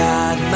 God